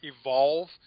evolve